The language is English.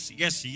yes